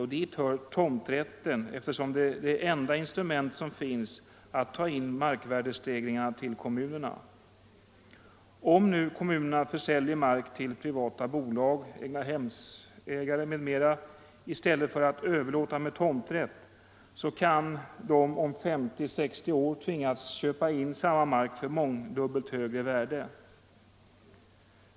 En sådan gäller tomträtten, som är det enda instrument som finns för att ta in markvärdestegringarna till kommunerna. Om nu kommunerna försäljer mark till privata bolag, egnahemsägare m.m. i stället för att överlåta den med tomträtt, så kan de om 50-60 år tvingas köpa in samma mark till mångdubbelt högre värde.